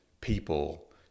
people